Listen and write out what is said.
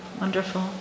wonderful